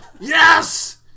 yes